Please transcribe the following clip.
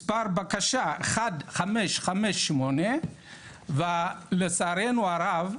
מספר בקשה 1558 ולצערנו הרב,